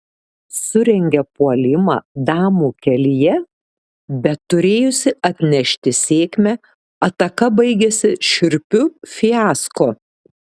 surengia puolimą damų kelyje bet turėjusi atnešti sėkmę ataka baigiasi šiurpiu fiasko